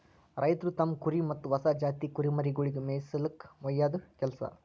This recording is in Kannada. ರೈತ್ರು ತಮ್ಮ್ ಕುರಿ ಮತ್ತ್ ಹೊಸ ಜಾತಿ ಕುರಿಮರಿಗೊಳಿಗ್ ಮೇಯಿಸುಲ್ಕ ಒಯ್ಯದು ಕೆಲಸ